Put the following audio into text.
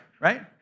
right